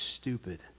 stupid